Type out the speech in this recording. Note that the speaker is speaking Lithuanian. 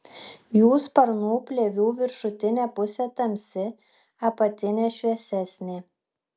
jų sparnų plėvių viršutinė pusė tamsi apatinė šviesesnė